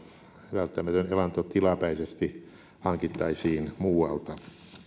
välttämätön elanto tilapäisesti hankittaisiin muualta